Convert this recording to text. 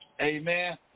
Amen